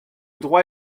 droit